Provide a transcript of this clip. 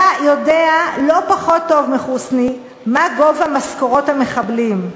אתה יודע לא פחות טוב מחוסני מה גובה משכורות המחבלים.